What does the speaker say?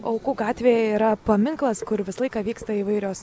aukų gatvėje yra paminklas kur visą laiką vyksta įvairios